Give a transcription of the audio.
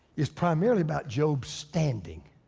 is primarily about job standing.